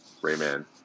Rayman